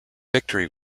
victory